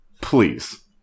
please